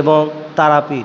এবং তারাপীঠ